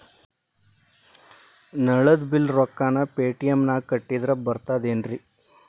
ನಳದ್ ಬಿಲ್ ರೊಕ್ಕನಾ ಪೇಟಿಎಂ ನಾಗ ಕಟ್ಟದ್ರೆ ಬರ್ತಾದೇನ್ರಿ?